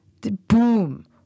boom